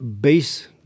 Base